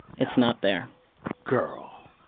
it's not there girl